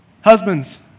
Husbands